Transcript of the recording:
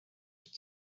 and